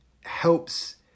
helps